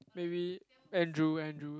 maybe Andrew Andrew